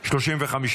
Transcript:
חוק ומשפט נתקבלה.